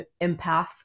empath